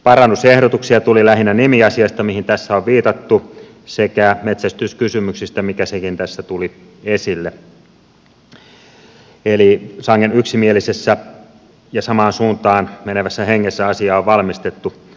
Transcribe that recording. parannusehdotuksia tuli lähinnä nimiasiasta mihin tässä on viitattu sekä metsästyskysymyksistä mikä sekin tässä tuli esille eli sangen yksimielisessä ja samaan suuntaan menevässä hengessä asiaa on valmistettu